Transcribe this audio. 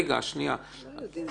אי אפשר לדעת.